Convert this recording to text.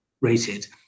rated